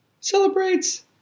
Celebrates